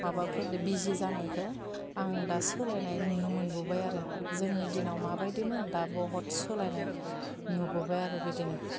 माबाफोरदो बिजि जानायखो आं दा सोलायनाय नुनो मोनबोबाय आरो जोंनि दिनाव माबायदिमोन दा बहत सोलायनाय नुबोबाय आरो बिदिनो